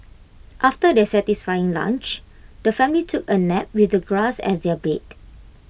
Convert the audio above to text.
after their satisfying lunch the family took A nap with the grass as their bed